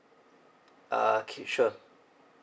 uh okay sure